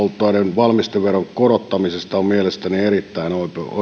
valmisteveron korottamisesta on mielestäni erittäin